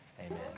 amen